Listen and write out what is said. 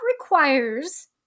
requires